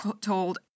told